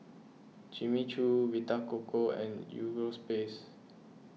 Jimmy Choo Vita Coco and Europace